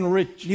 rich